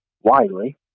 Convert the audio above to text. widely